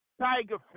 Tigerfish